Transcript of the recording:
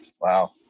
Wow